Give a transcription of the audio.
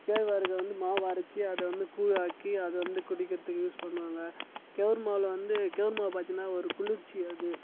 கேழ்வரகை வந்து மாவு அரைச்சு அதை வந்து கூழ் ஆக்கி அதை வந்து குடிக்கிறதுக்கு யூஸ் பண்ணுவாங்க கேவுர் மாவில் வந்து கேவுர் மாவு பார்த்தீன்னா ஒரு குளிர்ச்சி அது